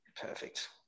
Perfect